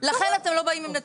לכן אתם לא באים עם נתונים.